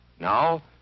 Now